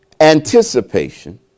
anticipation